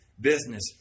business